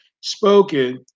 spoken